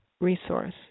resource